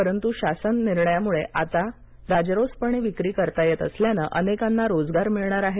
परंतु शासन निर्णयामुळे आता राजरोसपणे विक्री करता येत असल्याने अनेकांना रोजगार मिळणार आहे